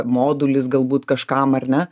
modulis galbūt kažkam ar ne